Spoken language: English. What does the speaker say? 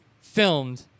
filmed